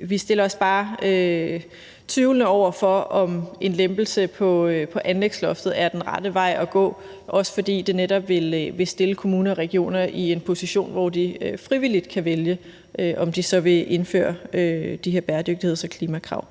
Vi stiller os bare tvivlende over for, om en lempelse af anlægsloftet er den rette vej at gå, bl.a. fordi det netop vil stille kommuner og regioner i en position, hvor de frivilligt kan vælge, om de så vil indføre de her bæredygtigheds- og klimakrav.